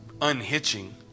unhitching